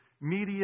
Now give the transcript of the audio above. media